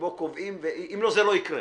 שבו קובעים, אם לא זה לא יקרה.